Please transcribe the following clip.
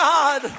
God